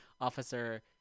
officer